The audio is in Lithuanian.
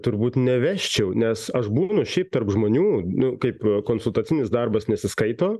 turbūt nevesčiau nes aš būnu šiaip tarp žmonių nu kaip konsultacinis darbas nesiskaito